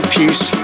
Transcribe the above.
peace